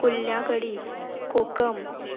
कुल्ल्या कडी कोकम